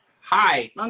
Hi